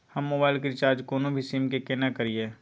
हम मोबाइल के रिचार्ज कोनो भी सीम के केना करिए?